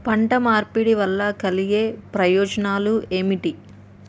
పంట మార్పిడి వల్ల కలిగే ప్రయోజనాలు ఏమిటి?